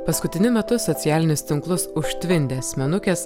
paskutiniu metu socialinius tinklus užtvindė asmenukės